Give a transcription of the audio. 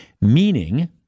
meaning—